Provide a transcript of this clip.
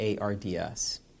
ARDS